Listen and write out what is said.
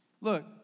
Look